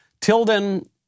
Tilden